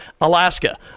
Alaska